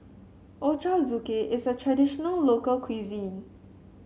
Ochazuke is a traditional local cuisine